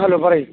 hello പറയു